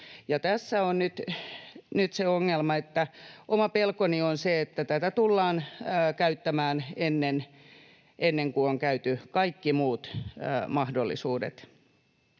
tässä on nyt se ongelma, oma pelkoni on se, että tätä tullaan käyttämään ennen kuin on käyty kaikki muut mahdollisuudet